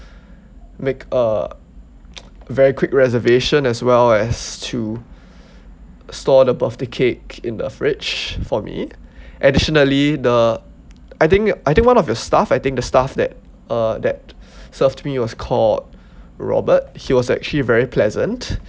make a very quick reservation as well as to store the birthday cake in the fridge for me additionally the I think I think one of your staff I think the staff that uh that served me was called robert he was actually very pleasant